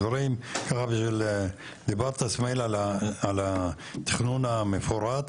דיברת איסמעיל על התכנון המפורט,